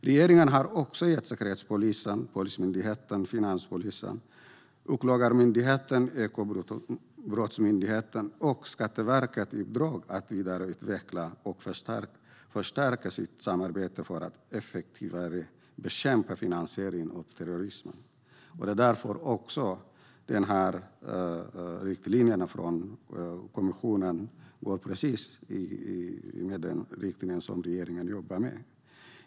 Regeringen har också gett Säkerhetspolisen, polismyndigheten Finanspolisen, Åklagarmyndigheten, Ekobrottsmyndigheten och Skatteverket i uppdrag att vidareutveckla och förstärka sitt samarbete för att effektivare bekämpa finansiering av terrorism. Riktlinjerna från kommissionen går alltså i precis den riktning som regeringen jobbar med.